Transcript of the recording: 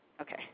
Okay